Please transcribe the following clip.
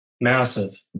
Massive